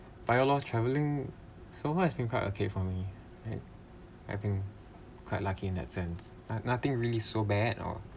but a lot travelling so far has been quite okay for me right I think quite lucky in that sense nothing really so bad or